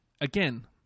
again